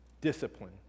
Discipline